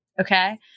Okay